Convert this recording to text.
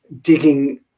digging